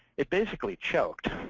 it basically choked.